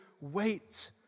wait